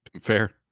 Fair